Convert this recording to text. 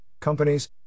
companies